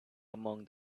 among